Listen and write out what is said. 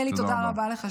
אלי, שוב, תודה רבה לך.